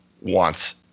wants